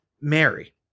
Mary